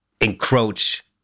encroach